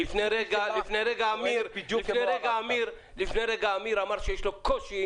לפני רגע אמיר ארסף אמר שיש לו קושי